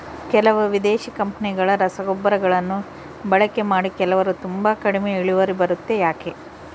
ಕೆಲವು ವಿದೇಶಿ ಕಂಪನಿಗಳ ರಸಗೊಬ್ಬರಗಳನ್ನು ಬಳಕೆ ಮಾಡಿ ಕೆಲವರು ತುಂಬಾ ಕಡಿಮೆ ಇಳುವರಿ ಬರುತ್ತೆ ಯಾಕೆ?